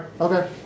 Okay